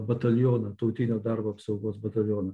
batalioną tautinio darbo apsaugos batalioną